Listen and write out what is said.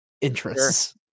interests